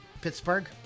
Pittsburgh